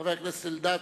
חבר הכנסת אלדד,